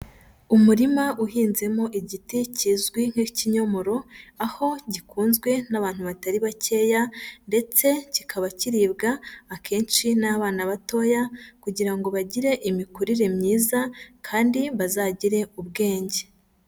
Umurima uhinzemo igiti kizwi nk'ikinyomoro, aho gikunzwe n'abantu batari bakeya ndetse kikaba kiribwa akenshi n'abana batoya kugira ngo bagire imikurire myiza kandi bazagire ubwenge.